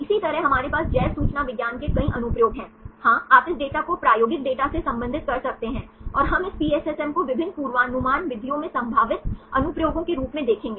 इसी तरह हमारे पास जैव सूचना विज्ञान के कई अनुप्रयोग हैं हां आप इस डेटा को प्रायोगिक डेटा से संबंधित कर सकते हैं और हम इस PSSM को विभिन्न पूर्वानुमान विधियों में संभावित अनुप्रयोगों के रूप में देखेंगे